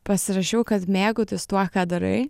pasirašiau kad mėgautis tuo ką darai